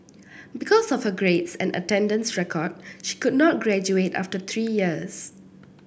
because of her grades and attendance record she could not graduate after three years